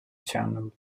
channel